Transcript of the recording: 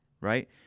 Right